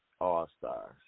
all-stars